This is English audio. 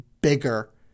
bigger